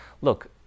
look